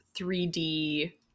3D